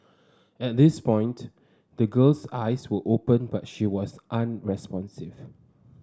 at this point the girl's eyes were open but she was unresponsive